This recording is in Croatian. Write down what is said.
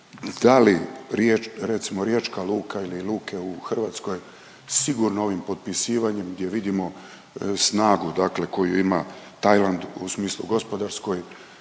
da li recimo Riječka luka ili luke u Hrvatskoj sigurno ovim potpisivanjem gdje vidimo snagu koju ima Tajland u smislu gospodarskoj